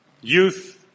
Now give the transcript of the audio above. youth